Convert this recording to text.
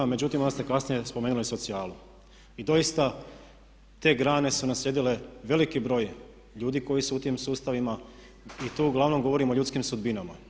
Međutim, malo ste kasnije spomenuli socijalu i doista te grane su naslijedile veliki broj ljudi koji su u tim sustavima i tu uglavnom govorim o ljudskim sudbinama.